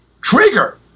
trigger